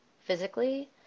physically